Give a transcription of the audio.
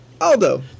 Aldo